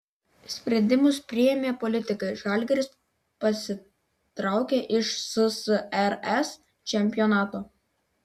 sprendimus priėmė politikai žalgiris pasitraukė iš ssrs čempionato